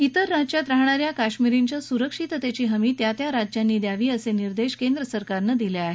त्वेर राज्यांत राहणा या कश्मीरींच्या सुरक्षिततेची हमी त्या त्या राज्यांनी द्यावी असे निर्देश केंद्र सरकारनं दिले आहेत